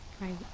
Right